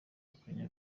akajya